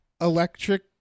electric